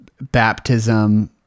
baptism